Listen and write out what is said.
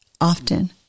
often